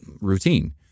routine